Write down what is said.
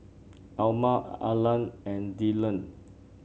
Elma Allan and Dillan